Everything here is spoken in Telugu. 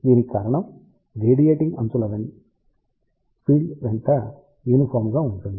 దీనికి కారణం రేడియేటింగ్ అంచుల ఫీల్డ్ వెంటయూనిఫాం గా ఉంటుంది